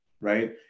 Right